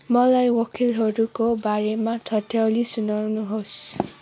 मलाई वकिलहरूको बारेमा ठट्यौली सुनाउनुहोस्